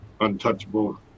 untouchable